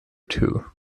too